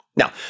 Now